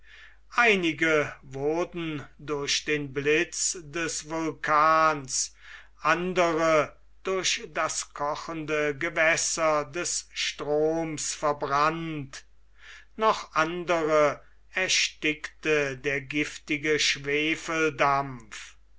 einige wurden durch den blitz des vulkans andere durch das kochende gewässer des stroms verbrannt noch andere erstickte der giftige